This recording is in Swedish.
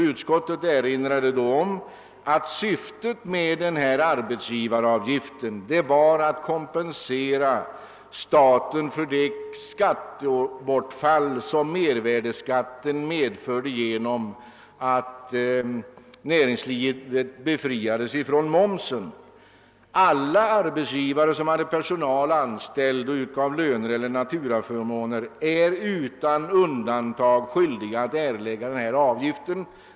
Utskottet erinrade då om att syftet med arbetsgivaravgiften var att kompensera staten för det skattebortfall som mervärdeskatten medförde genom att näringslivets investeringar befriades från momsen. Alla arbetsgivare som har personal anställd och utger löner eller naturaförmåner är utan undantag skyldiga att erlägga denna avgift.